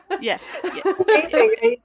yes